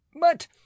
But